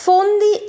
Fondi